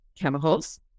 chemicals